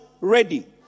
ready